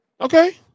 Okay